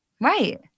Right